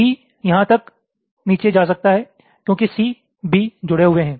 B यहाँ तक नीचे जा सकता है क्योंकि C B जुड़े हुए है